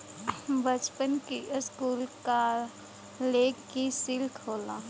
बच्चन की school college की सिल्क होला